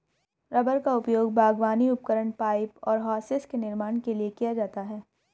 rubber का उपयोग बागवानी उपकरण, पाइप और होसेस के निर्माण के लिए किया जाता है